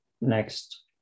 next